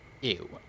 Ew